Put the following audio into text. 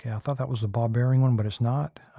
and thought that was the ball bearing one, but it's not.